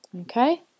okay